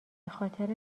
خاطر